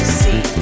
see